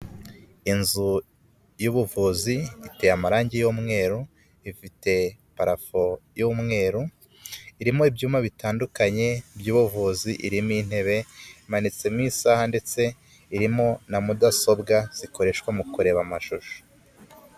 Inzu y'ubuvuzi iteye amarangi y'umweru ifite parafo y'umweru irimo ibyuma bitandukanye by'ubuvuzi, irimo intebe, imanitsemo isaha ndetse irimo na mudasobwa zikoreshwa mu kureba amashusho.